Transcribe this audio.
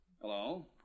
Hello